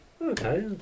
Okay